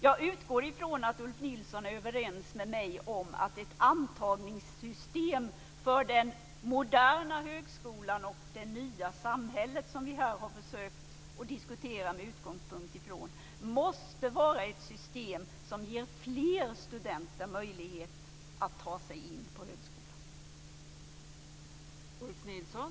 Jag utgår från att Ulf Nilsson och jag är överens om att ett antagningssystem för den moderna högskola och det nya samhälle som vi här har försökt att diskutera med utgångspunkt i måste vara ett system som ger fler studenter möjlighet att ta sig in på högskolan.